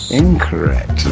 incorrect